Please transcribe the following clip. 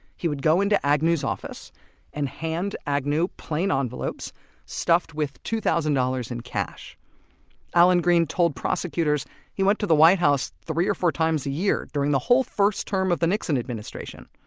he would go into agnew's office and hand agnew plain ah envelopes stuffed with two thousand dollars in cash allen green told prosecutors he went to the white house three or four times a year, during the whole first term of the nixon administration!